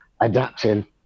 adapting